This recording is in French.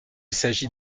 s’agit